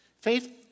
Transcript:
Faith